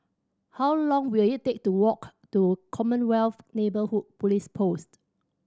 how long will it take to walk to Commonwealth Neighbourhood Police Post